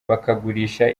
bakagurisha